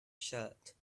shirt